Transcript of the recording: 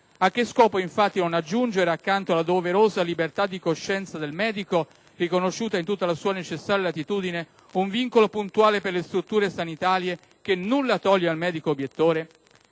A che scopo, infatti, non aggiungere, accanto alla doverosa libertà di coscienza del medico, riconosciuta in tutta la sua necessaria latitudine, un vincolo puntuale per le strutture sanitarie che nulla toglie al medico obiettore?